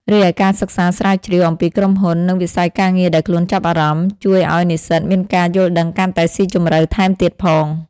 រីឯការសិក្សាស្រាវជ្រាវអំពីក្រុមហ៊ុន និងវិស័យការងារដែលខ្លួនចាប់អារម្មណ៍ ជួយឲ្យនិស្សិតមានការយល់ដឹងកាន់តែស៊ីជម្រៅថែមទៀតផង។